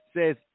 says